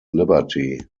liberty